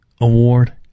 award